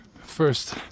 first